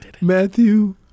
Matthew